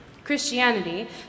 Christianity